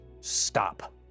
stop